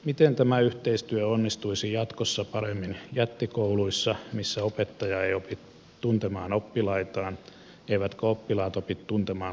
miten tämä yhteistyö onnistuisi jatkossa paremmin jättikouluissa missä opettaja ei opi tuntemaan oppilaitaan eivätkä oppilaat opi tuntemaan luokkatovereitaan